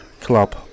club